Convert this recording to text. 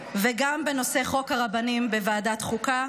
וגם בנושא חוק הרבנים בוועדת חוקה,